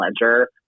ledger